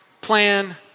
plan